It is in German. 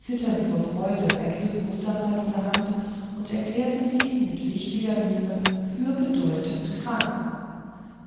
zitternd vor freude ergreift mustafa diese hand und erklärte sie mit wichtiger miene für bedeutend krank